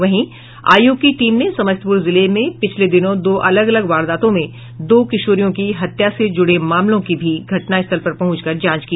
वहीं आयोग की टीम ने समस्तीपुर जिले में पिछले दिनों दो अलग अलग वारदातों में दो किशोरियों की हत्या से ज़्ड़े मामलों की भी घटनास्थल पर पहुंचकर जांच की